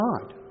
God